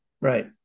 right